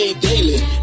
daily